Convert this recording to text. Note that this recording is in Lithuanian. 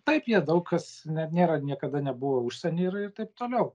taip jie daug kas net nėra niekada nebuvo užsieny ir ir taip toliau